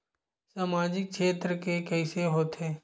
सामजिक क्षेत्र के कइसे होथे?